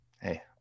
Hey